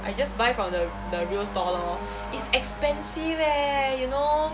I just buy from the the real store lor it's expensive eh you know